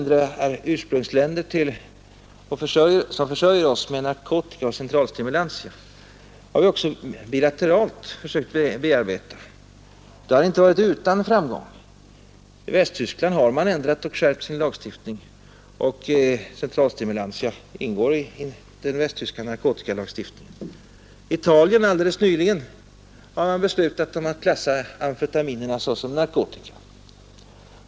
De länder som försörjer oss med narkotika har vi också försökt bearbeta bilateralt, och det har inte varit utan framgång. Västtyskland har skärpt sin lagstiftning, och centralstimulantia ingår numera i den västtyska narkotikalagstiftningen. Italien har alldeles nyligen beslutat att klassa amfetaminerna som narkotika.